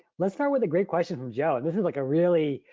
let's start with a great question from joe. and this is like a really,